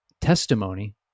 testimony